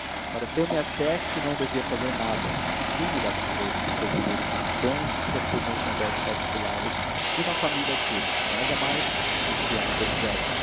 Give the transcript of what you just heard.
fazer pareceu-me até que não devia fazer nada ninguém me dava direito de presumir intenções e intervir nos negócios particulares de uma família que de mais a mais enchia-me de